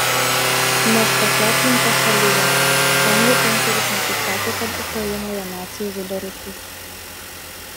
nes tokia aplinka šalyje ten jie penkerius metus sako kad ukrainoje naciai žudo rusus